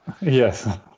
Yes